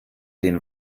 den